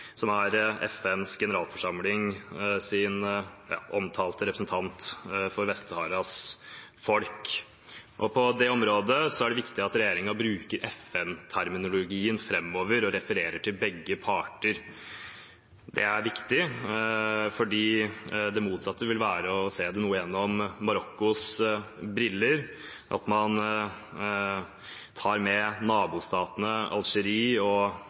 som er FNs generalforsamlings omtalte representant for Vest-Saharas folk. På det området er det viktig at regjeringen bruker FN-terminologien framover og refererer til «begge parter». Det er viktig fordi det motsatte vil være å se det i noen grad gjennom Marokkos briller. At man tar med nabostatene, Algerie og andre land – ja, de er uenige med Marokko om mye, og